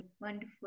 Wonderful